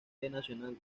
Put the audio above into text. nacional